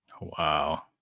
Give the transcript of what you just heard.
Wow